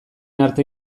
arte